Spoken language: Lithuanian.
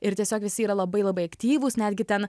ir tiesiog visi yra labai labai aktyvūs netgi ten